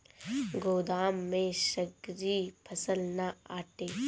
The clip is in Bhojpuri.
गोदाम में सगरी फसल ना आटी